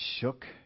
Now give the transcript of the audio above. shook